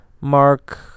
Mark